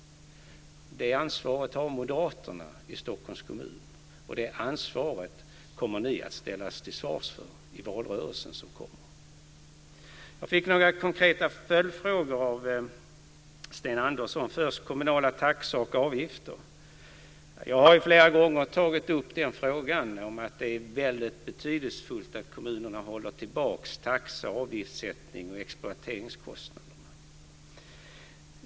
Det ansvaret har moderaterna i Stockholms kommun, och det ansvaret kommer ni att ställas till svars inför i den kommande valrörelsen. Jag fick några konkreta följdfrågor av Sten Andersson. Först var det frågan om kommunala taxor och avgifter. Jag har flera gånger tagit upp att det är betydelsefullt att kommunerna håller tillbaka taxeoch avgiftssättning och exploateringskostnader.